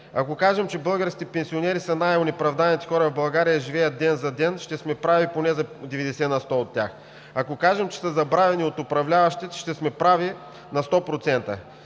Ако кажем, че българските пенсионери са най-онеправданите хора в България и живеят ден за ден, ще сме прави поне за 90 на сто от тях. Ако кажем, че са забравени от управляващите, ще сме прави на 100%.